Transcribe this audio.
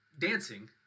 dancing